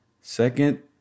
second